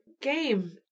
game